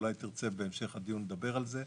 אולי תרצה בהמשך הדיון לדבר על זה.